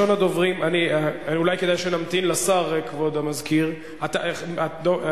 התשס"ט 2009,